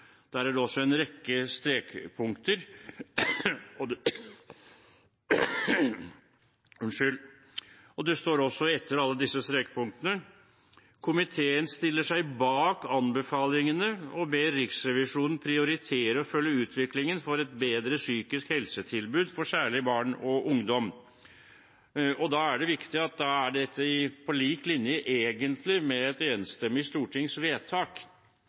det også her en rekke strekpunkter. Det står også, etter alle disse strekpunktene: «Komiteen stiller seg bak anbefalingene og ber Riksrevisjonen prioritere å følge utviklingen for et bedre psykisk helsetilbud, særlig for barn og ungdom.» Da er det viktig at dette egentlig er på lik linje med et enstemmig stortingsvedtak.